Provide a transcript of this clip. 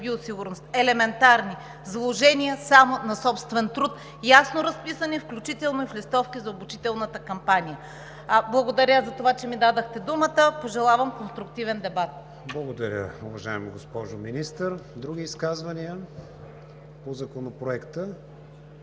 биосигурност – елементарни, с вложения само на собствен труд, ясно разписани, включително и в листовки за обучителната кампания. Благодаря за това, че ми дадохте думата. Пожелавам конструктивен дебат. ПРЕДСЕДАТЕЛ КРИСТИАН ВИГЕНИН: Благодаря Ви, уважаема госпожо Министър. Други изказвания по Законопроекта?